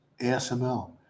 ASML